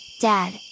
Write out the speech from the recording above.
Dad